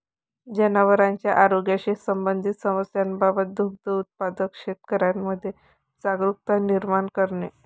जनावरांच्या आरोग्याशी संबंधित समस्यांबाबत दुग्ध उत्पादक शेतकऱ्यांमध्ये जागरुकता निर्माण करणे